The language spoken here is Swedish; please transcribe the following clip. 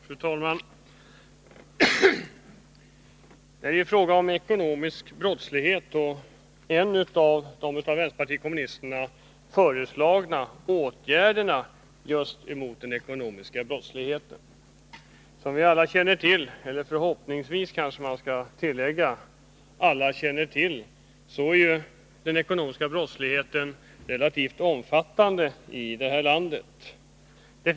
Fru talman! Ärendet om konkurskarantän hänger samman också med frågan om ekonomisk brottslighet, och skärpta regler för konkurskarantän är en av de åtgärder som vänsterpartiet kommunisterna har föreslagit för att man skall komma till rätta med just den ekonomiska brottsligheten. Som alla — förhoppningsvis, kanske man skall tillägga — känner till är den ekonomiska brottsligheten i det här landet relativt omfattande.